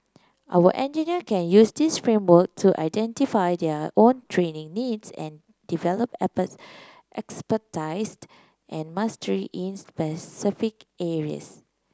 our engineer can use this framework to identify their own training needs and develop expertise and mastery in specific areas